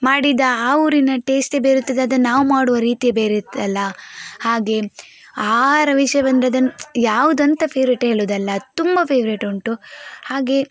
ಮಾಡಿದ ಆ ಊರಿನ ಟೇಸ್ಟೇ ಬೇರೆ ಇರ್ತದೆ ಅದನ್ನ ನಾವು ಮಾಡುವ ರೀತಿಯೇ ಬೇರೆ ಇರ್ತಲ್ಲ ಹಾಗೆ ಆಹಾರ ವಿಷಯ ಬಂದರೆ ಅದನ್ನ ಯಾವುದಂತ ಫೆವ್ರೇಟ್ ಹೇಳುವುದಲ್ಲ ತುಂಬ ಫೆವ್ರೇಟುಂಟು ಹಾಗೆ